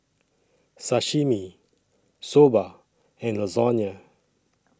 Sashimi Soba and Lasagne